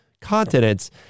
continents